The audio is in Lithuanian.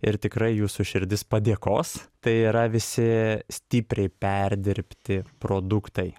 ir tikrai jūsų širdis padėkos tai yra visi stipriai perdirbti produktai